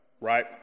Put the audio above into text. right